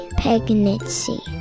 pregnancy